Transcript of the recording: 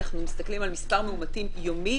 אנחנו מסתכלים על מספר מאומתים יומי,